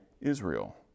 Israel